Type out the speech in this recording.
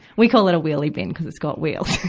we call it a wheelie bin because it's got wheels.